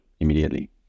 immediately